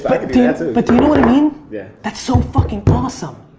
but mean? yeah that's so fucking awesome.